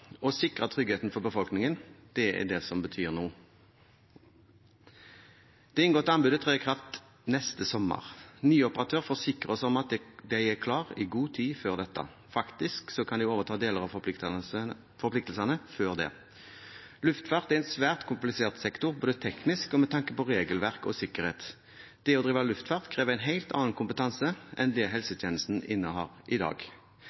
Å sikre tryggheten for befolkningen er det som betyr noe. Det inngåtte anbudet trer i kraft neste sommer. Ny operatør forsikrer oss om at de er klar i god tid før dette. Faktisk kan de overta deler av forpliktelsene før det. Luftfart er en svært komplisert sektor både teknisk og med tanke på regelverk og sikkerhet. Det å drive luftfart krever en helt annen kompetanse enn det helsetjenesten innehar i dag.